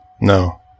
no